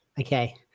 Okay